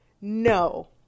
No